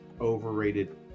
overrated